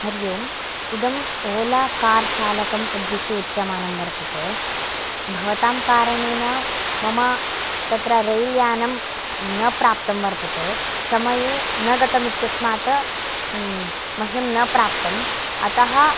हरिः ओम् इदम् ओला कार् चालकम् उद्दिश्य उच्यमानं वर्तते भवतां कारणेन मम तत्र रैल् यानं न प्राप्तं वर्तते समये न गतम् इत्यस्मात् मह्यं न प्राप्तम् अतः